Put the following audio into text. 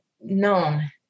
known